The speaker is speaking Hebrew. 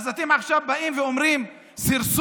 אז אתם עכשיו באים אומרים סרסור?